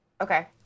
Okay